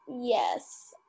yes